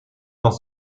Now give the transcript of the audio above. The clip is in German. noch